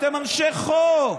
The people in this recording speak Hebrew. אתם אנשי חוק.